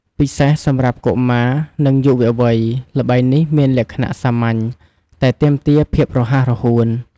ពិសេសសម្រាប់កុមារ និងយុវវ័យ ល្បែងនេះមានលក្ខណៈសាមញ្ញ តែទាមទារភាពរហ័សរហួន។